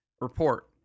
report